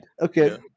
okay